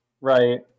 Right